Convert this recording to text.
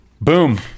Boom